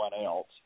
else